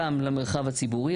גם למרחב הציבורי,